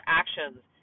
actions